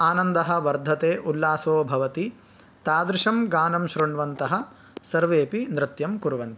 आनन्दः वर्धते उल्लासो भवति तादृशं गानं श्रृण्वन्तः सर्वेपि नृत्यं कुर्वन्ति